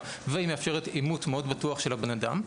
והיא מאפשרת אימות מאוד בטוח של הבן אדם.